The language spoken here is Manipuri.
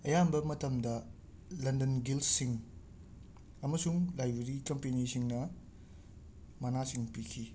ꯑꯌꯥꯝꯕ ꯃꯇꯝꯗ ꯂꯟꯗꯟ ꯒꯤꯜꯁꯤꯡ ꯑꯃꯁꯨꯡ ꯂꯥꯏꯕꯦꯔꯤ ꯀꯝꯄꯦꯅꯤꯁꯤꯡꯅ ꯃꯅꯥꯁꯤꯡ ꯄꯤꯈꯤ